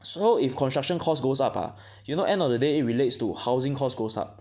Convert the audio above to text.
so if construction cost goes up ah you know end of the day it relates to housing costs goes up